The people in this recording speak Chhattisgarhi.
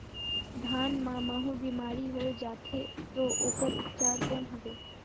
धान मां महू बीमारी होय जाथे तो ओकर उपचार कौन हवे?